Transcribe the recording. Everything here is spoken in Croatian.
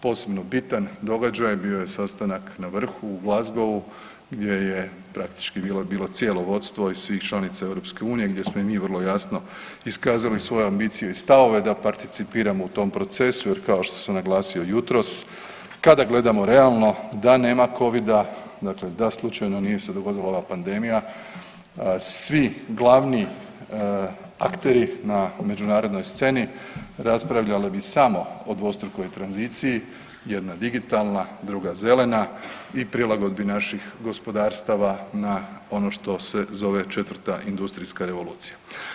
Posebno bitan događaj bio je sastanak na vrhu u Glasgowu gdje je praktički bilo cijelo vodstvo iz svih članica EU, gdje smo i mi vrlo jasno iskazali svoje ambicije i stavove da participiramo u tom procesu jer kao što sam naglasio jutros, kada gledamo realno da nema Covida, dakle da slučajno nije se dogodila ova pandemija svi glavni akteri na međunarodnoj sceni raspravljali bi samo o dvostrukoj tranziciji, jedna digitalna, druga zelena i prilagodbi naših gospodarstava na ono što se zove 4 industrijska revolucija.